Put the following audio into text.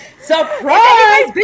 Surprise